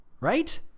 right